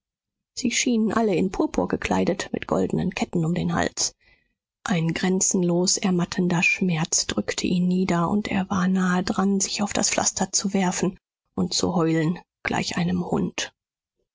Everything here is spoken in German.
sie schienen alle in purpur gekleidet mit goldenen ketten um den hals ein grenzenlos ermattender schmerz drückte ihn nieder und er war nahe daran sich auf das pflaster zu werfen und zu heulen gleich einem hund